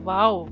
Wow